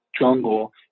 jungle